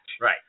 Right